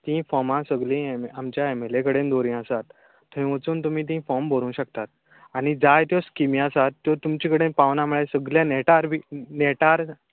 तीं फोर्मा सगळी आमच्या एम एल ए कडेन दोवरिल्लीं आसात थंय वचून तुमी तीं फोर्म भरूं शकतात आनी जायत्यो स्किमी आसात त्यो तुमचे कडेन पावना म्हळ्यार सगळ्या नॅटार बी नॅटार